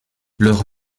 leur